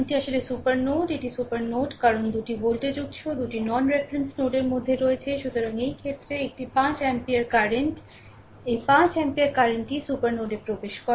এটি আসলে super node এটি সুপার নোড কারণ 2 টি ভোল্টেজ উৎস 2 ননরেফারেন্স নোডের মধ্যে রয়েছে সুতরাং এই ক্ষেত্রে একটি 5 অ্যাম্পিয়ার কারেন্ট এই 5 অ্যাম্পিয়ার কারেন্ট টি সুপার নোডে প্রবেশ করে